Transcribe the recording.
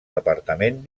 departament